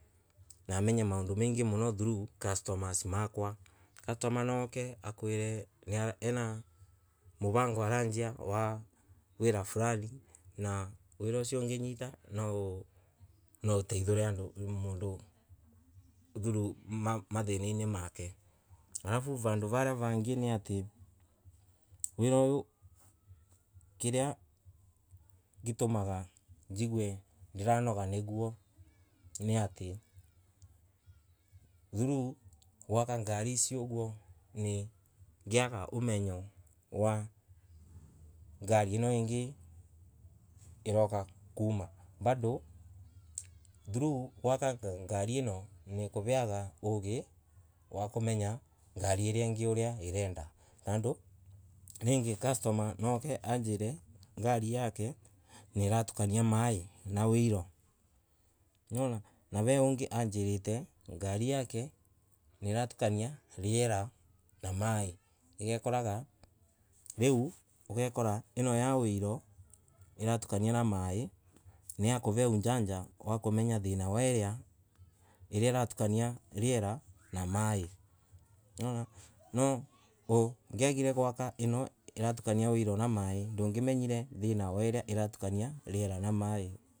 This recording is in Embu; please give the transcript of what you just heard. Namenya maondo mongay through customers makwa, customer nwaoke akwire ena muvango arinjia wa wira flani na wira ocio onganyita, nwa atithore ondo mondo through mathanaina make, alafu vandu varia vangay niatay wira oyo kiria gitomanga gigue ndiranoga niguo niaty through gwaka ngari icio oguo ningiaga wa ngari ino angay iroka kuma bado through, gwaka ngari ano niikuveaga ogay wakomenya ngari iria angay oria irenda tando rangay customer nwa aoke anjare ngari yake niiratukania main a oilo nwona na ve ongay anjirite ngasi yake nliratuka nia riera na may lau ogekora ano ya oilo ilatukania na may niyakuheujanja wa kumenya thana we iria iratukania riera na may nwona no ongiagire gwaka ano iratukania oilo na may ndongamenyire we iria iratukania riera na may.